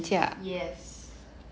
yes